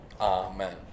Amen